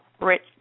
Rich